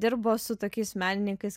dirbo su tokiais menininkais